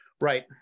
Right